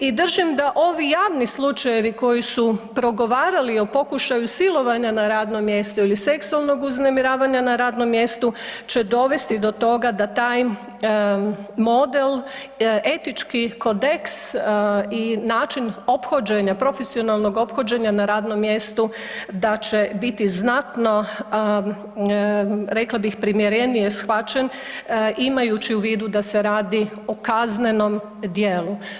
I držim da ovi javni slučajevi koji su progovarali o pokušaju silovanja na radnom mjestu ili seksualnog uznemiravanja na radnom mjestu će dovesti do toga da taj model etički kodeks i način ophođenja, profesionalnog ophođenja na radnom mjestu da će biti znatno rekla bih primjerenije shvaćen imajući u vidu da se radi o kaznenom djelu.